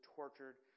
tortured